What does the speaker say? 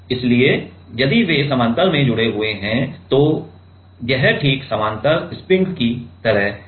इसलिए यदि वे समानांतर में जुड़े हुए हैं तो यह ठीक समानांतर स्प्रिंग की तरह है